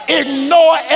ignore